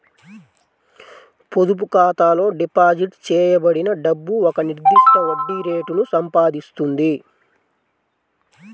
పొదుపు ఖాతాలో డిపాజిట్ చేయబడిన డబ్బు ఒక నిర్దిష్ట వడ్డీ రేటును సంపాదిస్తుంది